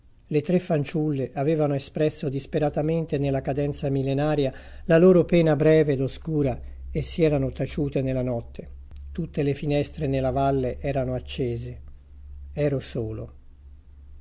le tre fanciulle avevano espresso disperatamente nella cadenza millenaria la loro pena breve ed oscura e si erano taciute nella notte tutte le finestre nella valle erano accese ero solo